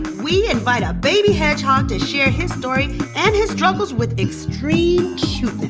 we invite a baby hedgehog to share his story and his struggles with extreme cuteness.